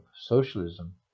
socialism